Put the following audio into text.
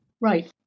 Right